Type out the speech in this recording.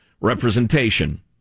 representation